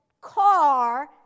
car